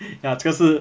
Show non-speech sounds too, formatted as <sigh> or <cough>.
<laughs> ah 这个是